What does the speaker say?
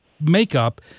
makeup